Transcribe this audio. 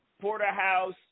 Porterhouse